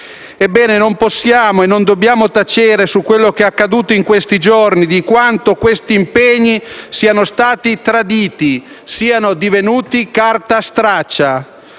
Ebbene non possiamo e non dobbiamo tacere su ciò che è accaduto in questi giorni e su quanto questi impegni siano stati traditi, divenendo carta straccia.